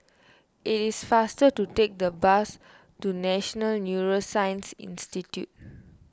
it is faster to take the bus to National Neuroscience Institute